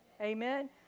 Amen